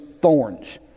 thorns